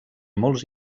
molts